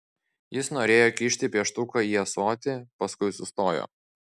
jis norėjo kišti pieštuką į ąsotį paskui sustojo